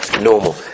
normal